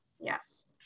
yes